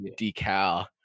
decal